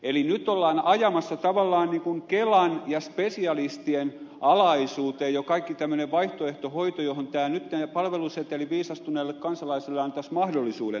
eli nyt ollaan ajamassa tavallaan kelan ja spesialistien alaisuuteen jo kaikki vaihtoehtohoito johon nyt tämä palveluseteli viisastuneelle kansalaiselle antaisi mahdollisuuden